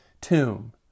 tomb